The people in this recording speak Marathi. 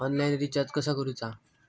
ऑनलाइन रिचार्ज कसा करूचा?